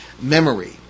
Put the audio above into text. Memory